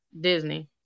Disney